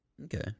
Okay